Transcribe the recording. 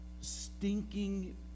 stinking